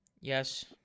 Yes